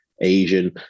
asian